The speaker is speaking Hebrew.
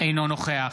אינו נוכח